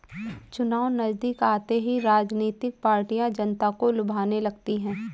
चुनाव नजदीक आते ही राजनीतिक पार्टियां जनता को लुभाने लगती है